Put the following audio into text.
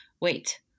wait